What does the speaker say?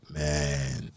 man